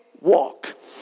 walk